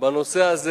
בנושא הזה.